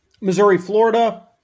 Missouri-Florida